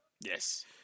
Yes